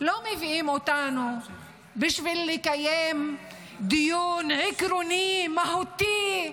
לא מביאים אותנו בשביל לקיים דיון עקרוני, מהותי,